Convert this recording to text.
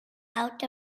out